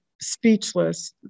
speechless